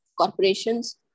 corporations